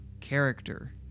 character